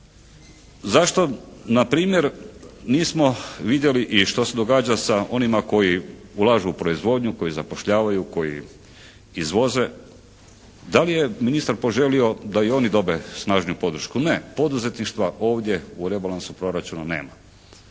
Zašto npr. nismo vidjeli i što se događa sa onima koji ulažu u proizvodnju, koji zapošljavaju, koji izvoze? Da li je ministar poželio da i oni dobe snažniju podršku? Ne. Poduzetništva ovdje u rebalansu proračuna nema.